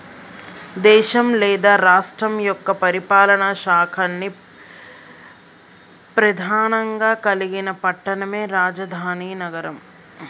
దేశం లేదా రాష్ట్రం యొక్క పరిపాలనా శాఖల్ని ప్రెధానంగా కలిగిన పట్టణమే రాజధాని నగరం